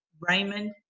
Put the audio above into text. raymond